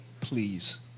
Please